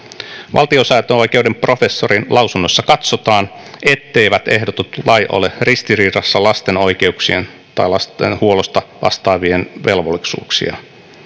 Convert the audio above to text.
valtiosääntöoikeuden professorin lausunnossa katsotaan etteivät ehdotetut lait ole ristiriidassa lasten oikeuksien tai lasten huollosta vastaavien velvollisuuksien kanssa